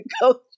go